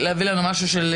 זה מה שאני מבקשת,